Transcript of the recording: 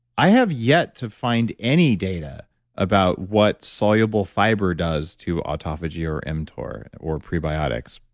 i have yet to find any data about what soluble fiber does to autophagy or mtor or prebiotics.